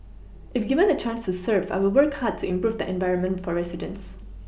if given the chance to serve I will work hard to improve the environment for residents